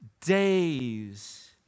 days